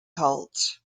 cult